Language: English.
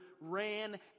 ran